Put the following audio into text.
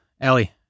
Ellie